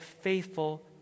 faithful